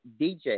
DJ